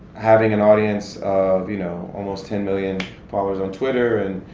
having an audience of, you know, almost ten million followers on twitter and,